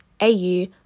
AU